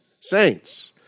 Saints